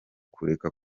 kureka